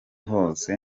hose